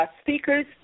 speakers